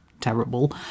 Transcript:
terrible